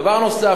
דבר נוסף,